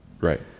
Right